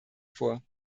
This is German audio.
vor